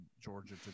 Georgia